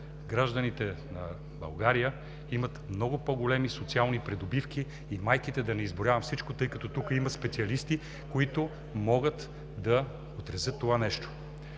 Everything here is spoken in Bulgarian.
гражданите на България имат много по-големи социални придобивки, и майките – да не изброявам всичко, тъй като тук има специалисти, които могат да отразят това нещо.